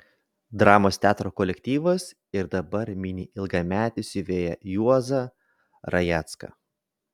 dramos teatro kolektyvas ir dabar mini ilgametį siuvėją juozą rajecką